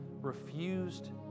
refused